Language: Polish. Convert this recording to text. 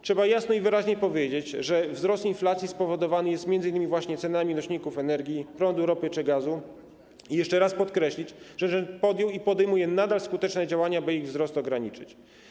Trzeba jasno i wyraźnie powiedzieć, że wzrost inflacji spowodowany jest m.in. właśnie cenami nośników energii, prądu, ropy czy gazu, i jeszcze raz podkreślić, że rząd podjął i podejmuje nadal skuteczne działania, by ich wzrost ograniczyć.